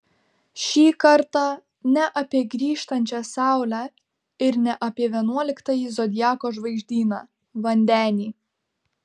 šį kartą ne apie grįžtančią saulę ir ne apie vienuoliktąjį zodiako žvaigždyną vandenį